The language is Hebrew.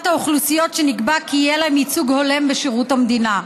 האוכלוסיות שנקבע כי יהיה להן ייצוג הולם בשירות המדינה.